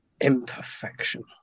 imperfection